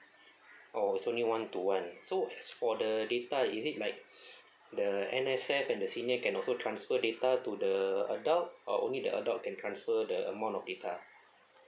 oh it's only one to one so for the data is it like the N_S_F and the senior can also transfer data to the adult or only the adult can transfer the amount of data